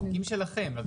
החוקים שלכם.